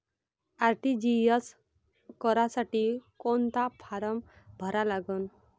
RTGS करासाठी कोंता form भरा लागन?